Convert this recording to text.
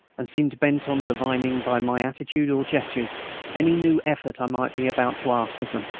and seemed bent on divining by my attitude or gestures any new effort i might be about to ask of them.